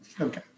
okay